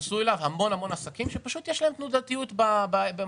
ייכנסו אליו המון עסקים שפשוט יש להם תנודתיות במחזורים.